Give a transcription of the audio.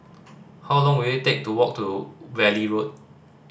how long will it take to walk to Valley Road